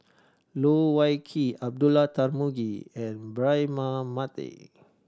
Loh Wai Kiew Abdullah Tarmugi and Braema Mathi